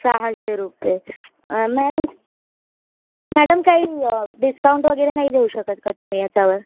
सहाशे रुपये madam madam काही डिस्काउंट वगैरे नाही देऊ शकत का तुम्ही याच्यावर